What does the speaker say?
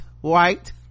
white